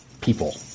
people